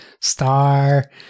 star